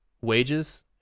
wages